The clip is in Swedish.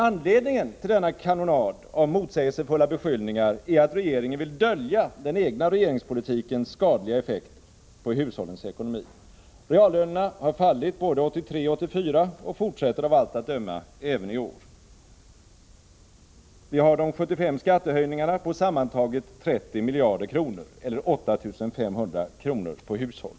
Anledningen till denna kanonad av motsägelsefulla beskyllningar är att regeringen vill dölja den egna regeringspolitikens skadliga effekt på hushållens ekonomi. Reallönerna har fallit både 1983 och 1984 och fortsätter av allt att döma att falla även i år. Vi har de 75 skattehöjningarna på sammantaget 30 miljarder kronor, eller 8 500 kr. per hushåll.